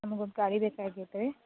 ನಮಗೊಂದು ಗಾಡಿ ಬೇಕಾಗೇತಿ ರೀ